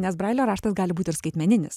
nes brailio raštas gali būti ir skaitmeninis